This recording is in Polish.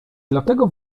dlatego